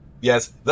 Yes